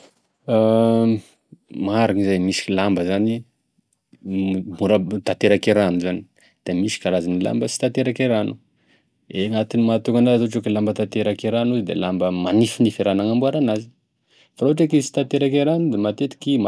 Marigny izay, misy lamba zany mora tanterak'e rano zany de misy e karazany lamba sy tanterak'e rano, ny antony mahatonga anazy raha ohatra ke rano tanterake rano izy da lamba manifinify e raha nanamboaranazy fa raha ohatra ke izy ka sy tanterak'e rano da